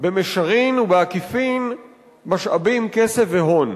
במישרין ובעקיפין משאבים, כסף והון.